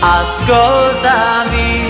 ascoltami